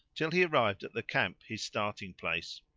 till he arrived at the camp, his starting place.